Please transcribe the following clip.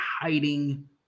hiding